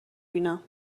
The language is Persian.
بینم